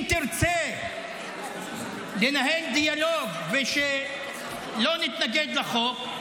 אם תרצה לנהל דיאלוג ושלא נתנגד לחוק,